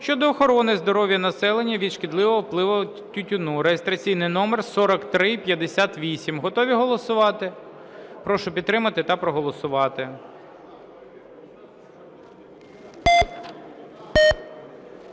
щодо охорони здоров’я населення від шкідливого впливу тютюну (реєстраційний номер 4358). Готові голосувати? Прошу підтримати та проголосувати.